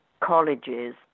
colleges